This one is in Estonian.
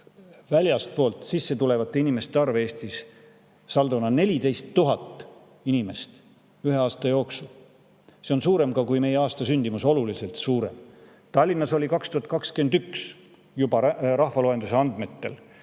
väljastpoolt tulevate inimeste arv Eestis saldona 14 000 inimest ühe aasta jooksul. See on suurem kui aasta sündimus, oluliselt suurem! Tallinnas olid 2021. aastal rahvaloenduse andmetel